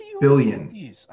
billion